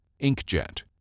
Inkjet